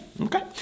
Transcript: Okay